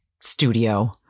studio